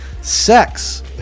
sex